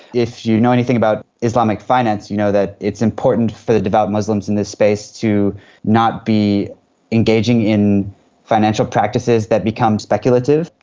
if you know anything about islamic finance, you know that it's important for devout muslims in this space to not be engaging in financial practices that become speculative.